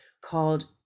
called